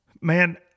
Man